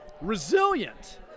resilient